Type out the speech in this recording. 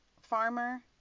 farmer